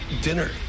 dinner